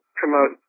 promote